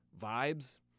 vibes